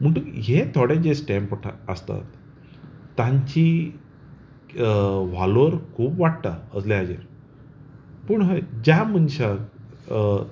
म्हणटकीर हे थोडे जे स्टॅम्प आसतात तांची वालोर खूब वाडटा असल्या हाचेर पूण हय ज्या मनशाक